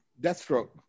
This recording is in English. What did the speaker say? Deathstroke